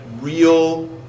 real